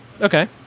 Okay